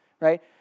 right